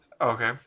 Okay